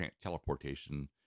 teleportation